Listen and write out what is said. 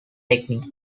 technique